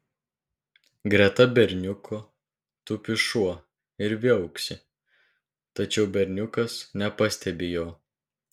greta berniuko tupi šuo ir viauksi tačiau berniukas nepastebi jo